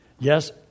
Yes